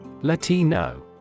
Latino